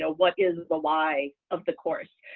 ah what is is the like of the course,